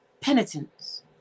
penitence